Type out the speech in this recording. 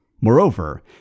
Moreover